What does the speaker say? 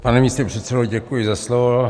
Pane místopředsedo, děkuji za slovo.